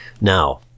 Now